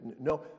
No